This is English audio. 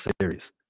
Series